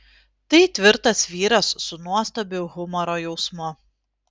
tai tvirtas vyras su nuostabiu humoro jausmu